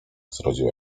zrodził